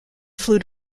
flew